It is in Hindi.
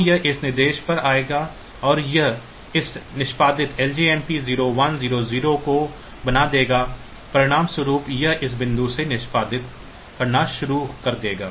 तो यह इस निर्देश पर आएगा और यह इस निष्पादित लजमप 0100 को बना देगा परिणामस्वरूप यह इस बिंदु से निष्पादित करना शुरू कर देगा